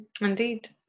Indeed